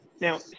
Now